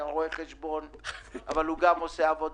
ביום ראשון הבא תהיה עוד